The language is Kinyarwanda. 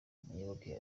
muyoboke